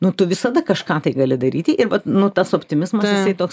nu tu visada kažką tai gali daryti ir vat nu tas optimizmas jisai toks